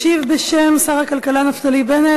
ישיב בשם שר הכלכלה נפתלי בנט,